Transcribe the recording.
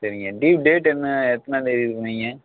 சரிங்க due date என்ன எத்தனாந்தேதின்னு சொன்னீங்க